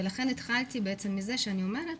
ולכן התחלתי מזה שאני אומרת